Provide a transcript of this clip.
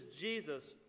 Jesus